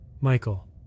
Michael